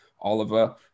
Oliver